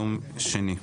יום שני.